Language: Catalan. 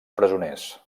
presoners